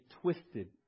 twisted